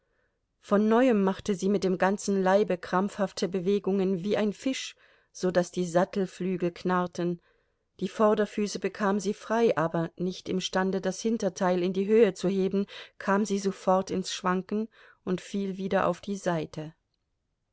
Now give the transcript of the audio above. von neuem machte sie mit dem ganze leibe krampfhafte bewegungen wie ein fisch so daß die sattelflügel knarrten die vorderfüße bekam sie frei aber nicht imstande das hinterteil in die höhe zu heben kam sie sofort ins schwanken und fiel wieder auf die seite